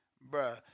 bro